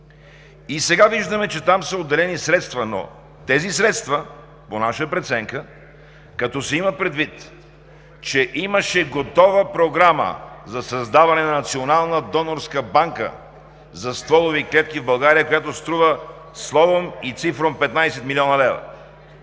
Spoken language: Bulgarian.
Сега виждаме, че там са отделени средства, но те по наша преценка, като се има предвид, че имаше готова програма за създаване на Национална донорска банка за стволови клетки в България, която струва, словом и цифром, 15 млн. лв.,